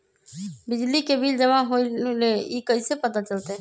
बिजली के बिल जमा होईल ई कैसे पता चलतै?